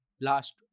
last